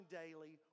daily